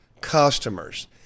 customers